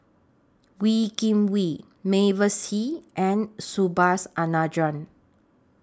Wee Kim Wee Mavis Hee and Subhas Anandan